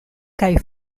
kaj